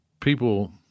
people